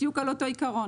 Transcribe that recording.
בדיוק על אותו עיקרון.